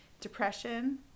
depression